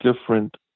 different